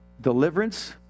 deliverance